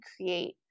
create